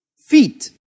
feet